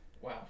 Wow